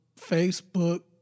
Facebook